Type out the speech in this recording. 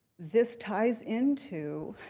this ties in to